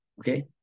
okay